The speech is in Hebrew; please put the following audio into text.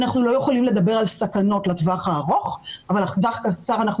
אנחנו לא יכולים לדבר על סכנות לטווח הארוך אבל לטווח קצר אנחנו